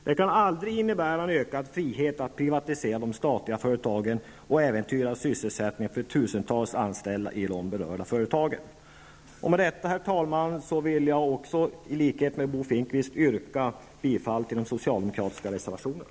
Det kan aldrig innebära ökad frihet att privatisera de statliga företagen och äventyra sysselsättningen för tusentals anställda i de berörda företagen. Med detta, herr talman, vill jag i likhet med Bo Finnkvist yrka bifall till de socialdemokratiska reservationerna.